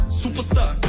superstar